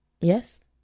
Yes